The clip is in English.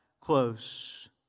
close